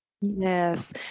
Yes